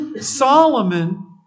Solomon